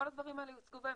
כל הדברים האלה יוצגו בהמשך.